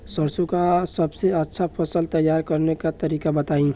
सरसों का सबसे अच्छा फसल तैयार करने का तरीका बताई